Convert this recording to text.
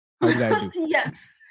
yes